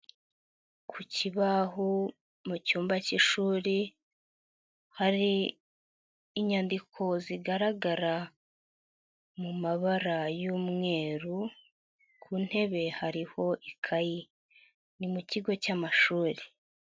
Ku kibaho mu cyumba cy'ishuri, hari inyandiko zigaragara mu mabara y'umweru, ku ntebe hariho ikayi. Ni mu kigo cy'amashuri.